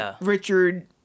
Richard